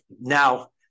Now